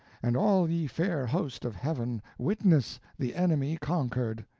and all ye fair host of heaven, witness the enemy conquered.